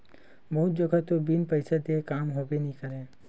बहुत जघा तो बिन पइसा देय काम होबे नइ करय